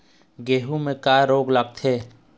गेहूं म का का रोग लगथे?